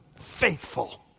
faithful